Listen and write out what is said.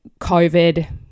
COVID